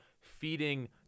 feeding